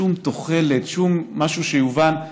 שום תוחלת, שום משהו שיובן.